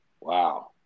Wow